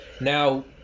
Now